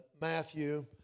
Matthew